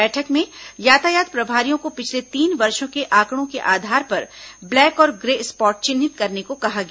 बैठक में यातायात प्रभारियों को पिछले तीन वर्षों के आंकड़ों के आधार पर ब्लैक और ग्रे स्पॉट चिन्हित करने कहा गया